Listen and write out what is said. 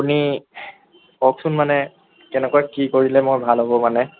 আপুনি কওকচোন মানে কেনেকুৱা কি কৰিলে মই ভাল হ'ব মানে